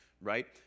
right